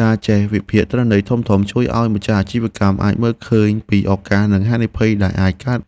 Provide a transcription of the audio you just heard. ការចេះវិភាគទិន្នន័យធំៗជួយឱ្យម្ចាស់អាជីវកម្មអាចមើលឃើញពីឱកាស និងហានិភ័យដែលអាចកើត